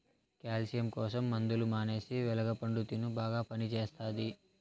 calcium కోసం మందులు మానేసి వెలగ పండు తిను బాగా పనిచేస్తది